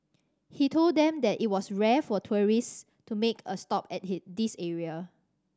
he told them that it was rare for tourists to make a stop at he this area